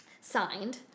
Signed